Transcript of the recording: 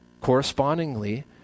correspondingly